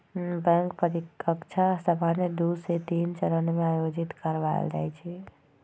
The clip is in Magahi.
बैंक परीकछा सामान्य दू से तीन चरण में आयोजित करबायल जाइ छइ